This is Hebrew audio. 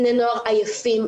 בני נוער עייפים,